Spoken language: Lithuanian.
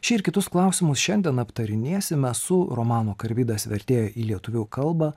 šį ir kitus klausimus šiandien aptarinėsime su romano karvidas vertėja į lietuvių kalbą